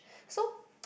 so